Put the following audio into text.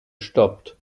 stoppt